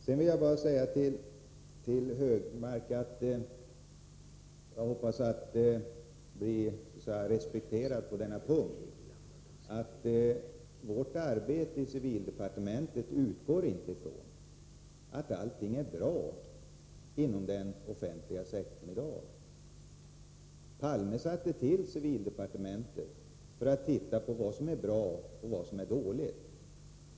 Sedan vill jag bara säga till herr Hökmark — och jag hoppas bli respekterad på denna punkt — att vårt arbete i civildepartementet inte utgår från att allting är bra inom den offentliga sektorn i dag. Olof Palme inrättade civildepartementet för att se efter vad som är bra och vad som är dåligt.